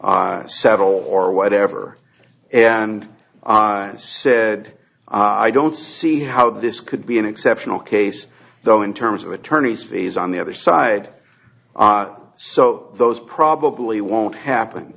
to settle or whatever and i said i don't see how this could be an exceptional case though in terms of attorneys fees on the other side so those probably won't happen